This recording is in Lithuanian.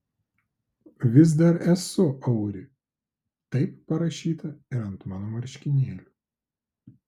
vis dar esu auri taip parašyta ir ant mano marškinėlių